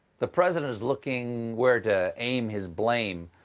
the president is looking where to aim his blame,